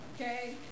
okay